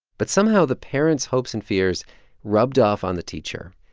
but somehow the parent's hopes and fears rubbed off on the teacher,